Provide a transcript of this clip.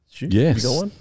Yes